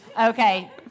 Okay